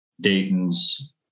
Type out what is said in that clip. Dayton's